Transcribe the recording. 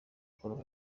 paul